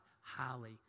highly